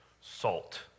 salt